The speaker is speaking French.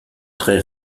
très